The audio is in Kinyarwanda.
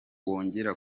wongera